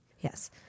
Yes